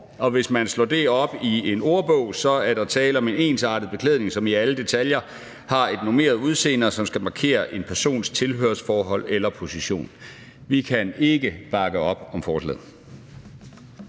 og hvis man slår det op i en ordbog, er der tale om en ensartet beklædning, som i alle detaljer har et normeret udseende og skal markere en persons tilhørsforhold eller position. Vi kan ikke bakke op om forslaget.